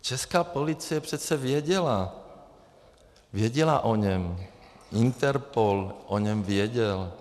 Česká policie přece věděla, věděla o něm, Interpol o něm věděl.